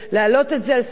להעלות את זה על סדר-היום.